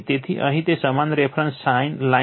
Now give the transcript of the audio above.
તેથી અહીં તે સમાન રેફરન્સ લાઇન છે